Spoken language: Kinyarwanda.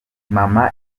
maman